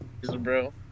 bro